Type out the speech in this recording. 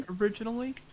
originally